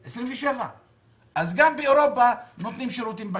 27. אז גם באירופה נותנים שירותים בנקאיים.